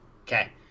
okay